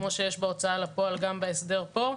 וכמו שיש בהוצאה לפועל יהיה גם בהסדר כאן.